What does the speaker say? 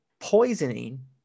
poisoning